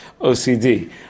OCD